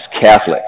Catholics